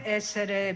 essere